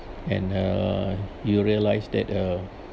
and uh you realize that uh